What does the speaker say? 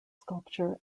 sculpture